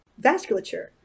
vasculature